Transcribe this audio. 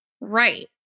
Right